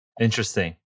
interesting